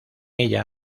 ella